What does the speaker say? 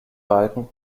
balken